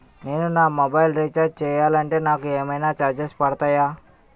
నేను నా mobile recharge చేయాలంటే నాకు ఏమైనా చార్జెస్ పడతాయా?